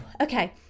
okay